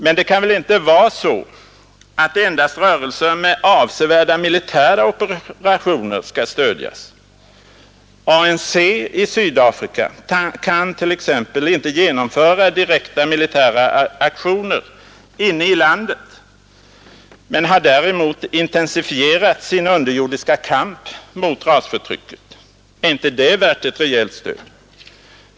Men det kan väl inte vara så att endast rörelser med avsevärda militära operationer skall stödjas? ANC i Sydafrika kan t.ex. inte genomföra direkta militära aktioner inne i landet men har däremot intensifierat sin underjordiska kamp mot rasförtrycket. Är inte detta värt ett rejält stöd?